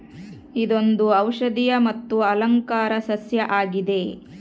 ಇದೊಂದು ಔಷದಿಯ ಮತ್ತು ಅಲಂಕಾರ ಸಸ್ಯ ಆಗಿದೆ